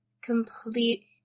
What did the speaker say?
complete